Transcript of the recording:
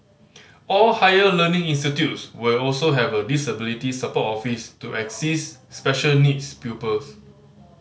all higher learning institutes will also have a disability support office to assist special needs pupils